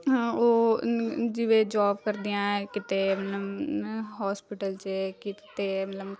ਉਹ ਜਿਵੇਂ ਜੌਬ ਕਰਦੀਆਂ ਹੈ ਕਿਤੇ ਮ ਹੋਸਪੀਟਲ 'ਚ ਹੈ ਕਿਤੇ ਮਤਲਬ